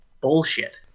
bullshit